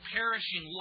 perishing